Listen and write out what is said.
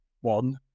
one